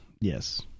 Yes